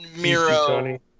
Miro